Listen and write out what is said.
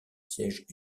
siège